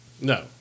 No